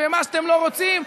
ומה שאתם לא רוצים,